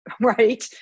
right